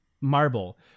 marble